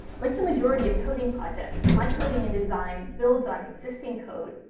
like the majority of coding projects, my coding and design builds on existing code,